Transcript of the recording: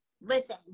Listen